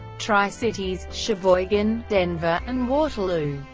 tri-cities, sheboygan, denver, and waterloo.